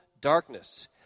darkness